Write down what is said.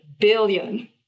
billion